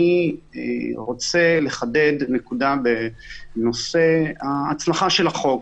אני רוצה לחדד נקודה בנושא הצלחת החוק.